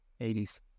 80s